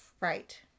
Right